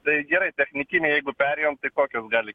tai gerai technikinę jeigu perėjom tai kokios gali